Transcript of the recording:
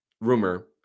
rumor